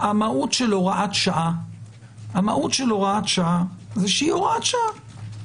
המהות של הוראת שעה שהיא הוראת שעה,